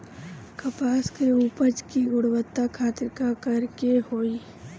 कपास के उपज की गुणवत्ता खातिर का करेके होई?